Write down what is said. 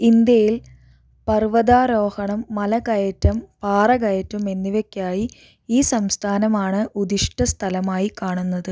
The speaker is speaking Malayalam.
ഇന്ത്യയിൽ പർവ്വതാരോഹണം മലകയറ്റം പാറകയറ്റം എന്നിവയ്ക്കായി ഈ സംസ്ഥാനമാണ് ഉദിഷ്ട സ്ഥലമായി കാണുന്നത്